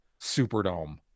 Superdome